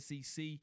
SEC